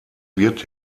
wird